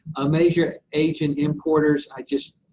ah major asian importers, i just,